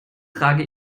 trage